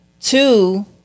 Two